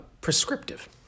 prescriptive